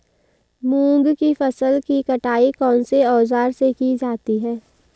मूंग की फसल की कटाई कौनसे औज़ार से की जाती है?